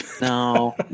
no